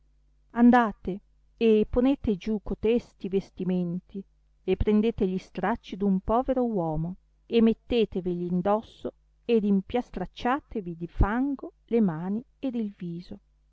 andate e ponete giù cotesti vestimenti e prendete gli stracci d'un povero uomo e mettetevegli indosso ed impiastracciatevi di fango le mani ed il viso